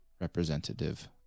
representative